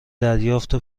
دریافت